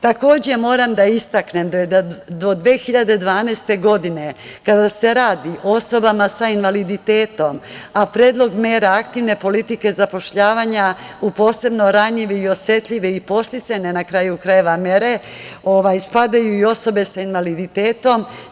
Takođe moram da istaknem da je do 2012. godine kada se radi o osobama sa invaliditetom, a predlog mera aktivne politike zapošljavanja u posebno ranjive i osetljive i podsticajne, na kraju krajeva, mere, spadaju i osobe sa invaliditetom.